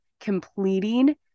completing